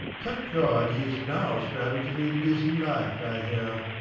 thank god, he is now striving to lead a decent life, i hear.